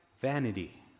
vanity